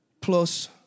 plus